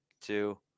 two